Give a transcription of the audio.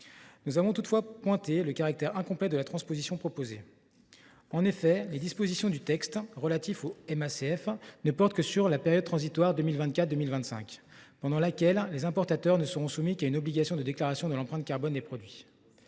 Nous avons toutefois pointé le caractère incomplet de la transposition proposée. En effet, les dispositions du texte relatives au MACF ne portent que sur la période transitoire de 2024 à 2025, pendant laquelle les importateurs ne seront soumis qu’à une obligation de déclaration de l’empreinte carbone des produits.